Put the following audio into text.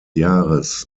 jahres